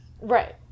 Right